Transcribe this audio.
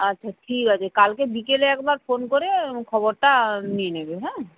আচ্ছা ঠিক আছে কালকে বিকেলে একবার ফোন করে খবরটা নিয়ে নেবে হ্যাঁ